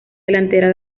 delantera